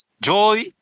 joy